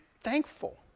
thankful